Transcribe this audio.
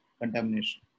contamination